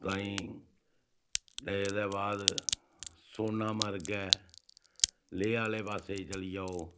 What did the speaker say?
केईं एह्दे बाद सोनामार्ग गै लेह् आह्ले पास्सै चली जाओ